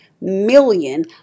million